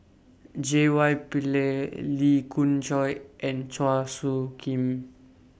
J Y Pillay Lee Khoon Choy and Chua Soo Khim